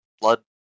blood